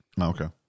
Okay